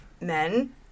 men